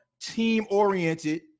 team-oriented